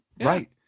Right